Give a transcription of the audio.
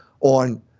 on